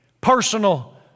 personal